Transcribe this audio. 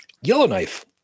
Yellowknife